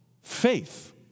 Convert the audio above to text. Faith